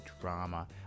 drama